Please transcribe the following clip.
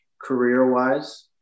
career-wise